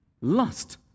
lust